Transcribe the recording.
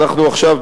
עכשיו,